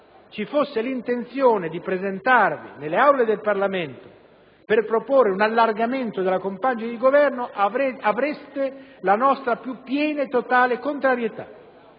ci fosse l'intenzione di presentarvi nelle Aule del Parlamento per proporre un allargamento della compagine di Governo, avreste la nostra più piena e totale contrarietà